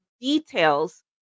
details